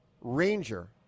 Ranger